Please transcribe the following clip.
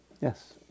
Yes